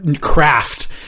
craft